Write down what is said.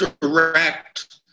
direct